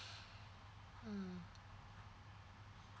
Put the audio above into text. mm